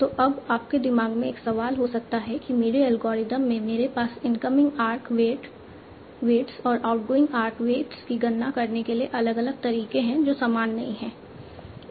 तो अब आपके दिमाग में एक सवाल हो सकता है कि मेरे एल्गोरिथ्म में मेरे पास इनकमिंग आर्क वेट्स और आउटगोइंग आर्क वेट्स की गणना करने के अलग अलग तरीके हैं जो समान नहीं हैं